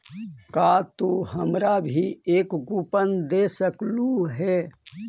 का तू हमारा भी एक कूपन दे सकलू हे